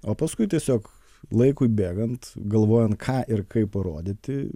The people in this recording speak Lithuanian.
o paskui tiesiog laikui bėgant galvojant ką ir kaip parodyti